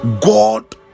god